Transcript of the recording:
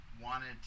wanted